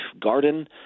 garden